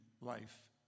life